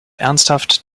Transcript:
ernsthaft